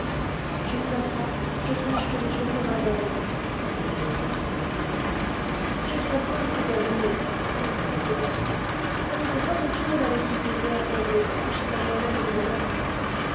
je ne dors pas je tâche de réchauffer adèle dit l'aînée des petites filles j'ai trop faim pour dormir reprit un des garçons ça n'était pas mon tour d'aller souper hier comme mes frères chez mlle rigolette